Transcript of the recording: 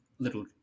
little